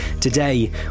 Today